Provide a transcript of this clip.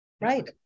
Right